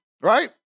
right